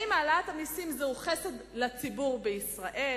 האם העלאת המסים היא חסד לציבור בישראל,